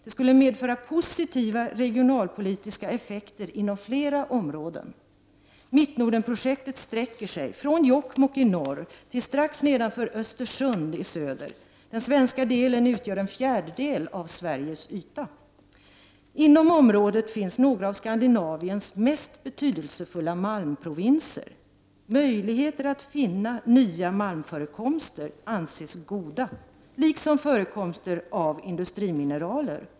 Det skulle medföra positiva regionalpolitiska effekter inom flera områden. Mittnordenprojektet sträcker sig från Jokkmokk i norr till strax nedanför Östersund i söder. Den svenska delen utgör drygt en fjärdedel av Sveriges yta. Inom området finns några av Skandinaviens mest betydelsefulla malmprovinser. Möjligheterna att finna nya malmförekomster anses goda, liksom förekomster av industrimineraler.